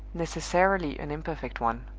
necessarily an imperfect one.